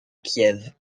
kiev